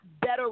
better